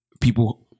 people